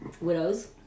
widows